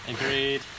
Agreed